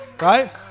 Right